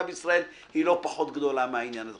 בישראל היא לא פחות גדולה מהעניין הזה.